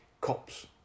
cops